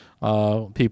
people